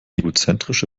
egozentrische